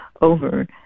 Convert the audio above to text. over